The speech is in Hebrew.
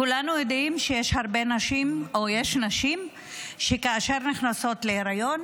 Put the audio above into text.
כולנו יודעים שיש הרבה נשים או יש נשים שכאשר הן נכנסות להיריון,